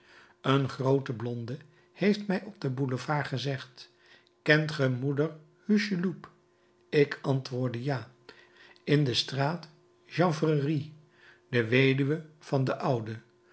een groote blonde heeft mij op den boulevard gezegd kent ge moeder hucheloup ik antwoordde ja in de straat chanvrerie de weduwe van den oude